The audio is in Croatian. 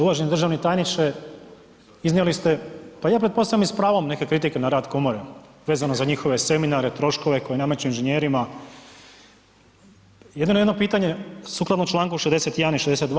Uvaženi državni tajniče, iznijeli ste pa ja pretpostavljam i s pravom neke kritike na rad komore vezano za njihove seminare, troškove koji nameću inženjerima, jedino jedno pitanje sukladno čl. 61. i 62.